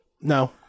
No